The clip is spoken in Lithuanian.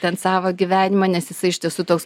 ten savo gyvenimą nes jisai iš tiesų toks